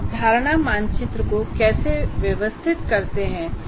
हम अवधारणा मानचित्र को कैसे व्यवस्थित करते हैं